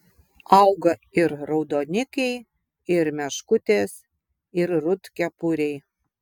auga ir raudonikiai ir meškutės ir rudkepuriai